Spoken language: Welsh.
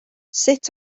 sut